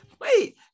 Wait